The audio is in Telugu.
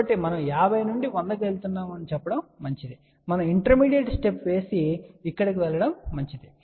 కాబట్టి మనం 50 నుండి 100 కి వెళ్తున్నామని చెప్పడం మంచిది మనం ఇంటర్మీడియట్ స్టెప్ వేసి ఇక్కడకు వెళ్ళడం మంచిది